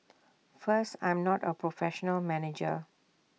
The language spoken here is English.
first I'm not A professional manager